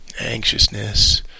anxiousness